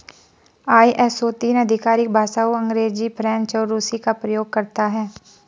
ISO तीन आधिकारिक भाषाओं अंग्रेजी, फ्रेंच और रूसी का प्रयोग करता है